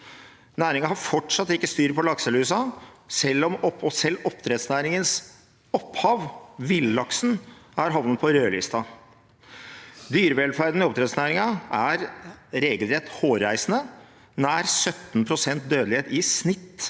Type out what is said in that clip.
Næringen har fortsatt ikke styr på lakselusa, og selv oppdrettsnæringens opphav, villaksen, har havnet på rødlista. Dyrevelferden i oppdrettsnæringen er regelrett hårreisende – nær 17 pst. dødelighet i snitt